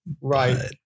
Right